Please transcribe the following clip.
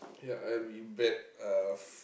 yeah I am in bet uh